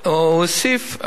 והוא הוסיף,